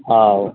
हां